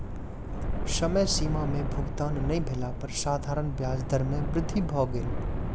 समय सीमा में भुगतान नै भेला पर साधारण ब्याज दर में वृद्धि भ गेल